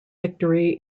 victory